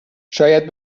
شاید